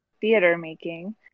theater-making